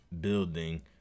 building